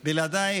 בלעדייך,